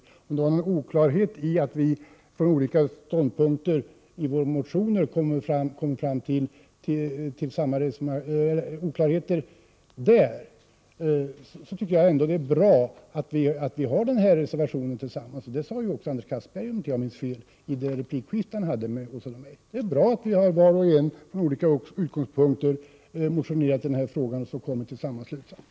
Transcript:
Även om det råder någon oklarhet i fråga om att vi från olika ståndpunkter i våra motioner har kommit fram till samma resultat, är det ändå bra att vi har den här reservationen tillsammans. Det sade också Anders Castberger, om jag inte minns fel, i sitt replikskifte med Åsa Domeij. Det är bra att vi var och en från olika utgångspunkter har motionerat i frågan och kommit till samma slutsats.